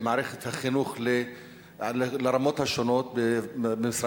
לרמות השונות במערכת החינוך,